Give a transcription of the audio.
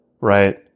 Right